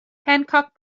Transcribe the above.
hancock